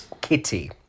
Kitty